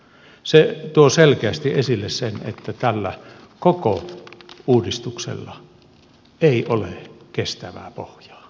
se tuo selkeästi esille sen että tällä koko uudistuksella ei ole kestävää pohjaa